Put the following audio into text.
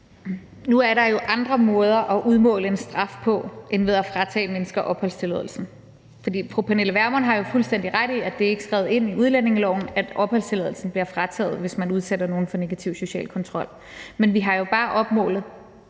Nu er der jo andre måder at udmåle en straf på end ved at fratage mennesker opholdstilladelsen. Fru Pernille Vermund har jo fuldstændig ret i, at det ikke er skrevet ind i udlændingeloven, at opholdstilladelsen bliver frataget en, hvis man udsætter nogen for negativ social kontrol, men vi har jo oplistet